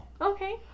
Okay